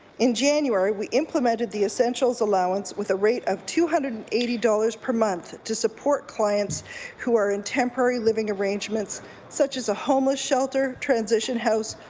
in january, we implemented the essentials allowance with a rate of two hundred and eighty five dollars per month to support clients who are in temporary living arrangements such as a homeless shelter, transition house,